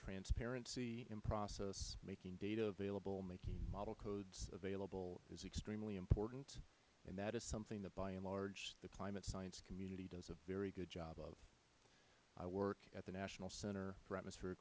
transparency in process making data available making model codes available is extremely important and that is something that by and large the climate science community does a very good job of i work at the national center